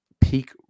peak